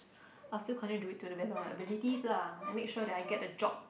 I'll still continue to do it to the best of my abilities lah and make sure that I get the job